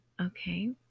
okay